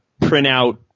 printout